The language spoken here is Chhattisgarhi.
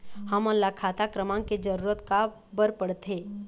हमन ला खाता क्रमांक के जरूरत का बर पड़थे?